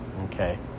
okay